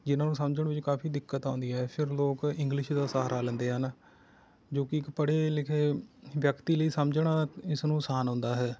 ਜਿਨ੍ਹਾਂ ਨੂੰ ਸਮਝਣ ਵਿੱਚ ਕਾਫੀ ਦਿੱਕਤ ਆਉਂਦੀ ਹੈ ਫਿਰ ਲੋਕ ਇੰਗਲਿਸ਼ ਦਾ ਸਹਾਰਾ ਲੈਂਦੇ ਹਨ ਜੋ ਕਿ ਇੱਕ ਪੜ੍ਹੇ ਲਿਖੇ ਵਿਅਕਤੀ ਲਈ ਸਮਝਣਾ ਇਸ ਨੂੰ ਆਸਾਨ ਹੁੰਦਾ ਹੈ